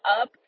up